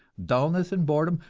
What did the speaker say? dullness and boredom,